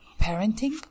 parenting